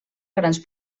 grans